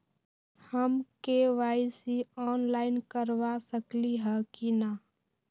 हम KYC online करवा सकली ह कि न?